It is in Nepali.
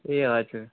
ए हजुर